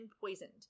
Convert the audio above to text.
poisoned